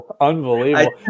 Unbelievable